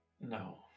No